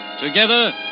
Together